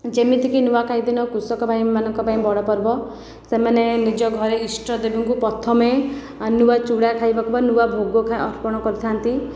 ଯେମିତିକି ନୂଆଖାଇ ଦିନ କୃଷକ ଭାଇମାନଙ୍କ ପାଇଁ ବଡ଼ ପର୍ବ ସେମାନେ ନିଜ ଘରେ ଇଷ୍ଟ ଦେବଙ୍କୁ ପ୍ରଥମେ ନୂଆ ଚୁଡ଼ା ଖାଇବାକୁ ବା ନୂଆ ଭୋଗ ଅର୍ପଣ କରିଥାନ୍ତି